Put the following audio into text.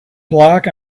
black